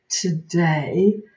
today